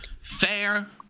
fair